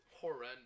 horrendous